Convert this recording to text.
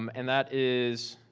um and that is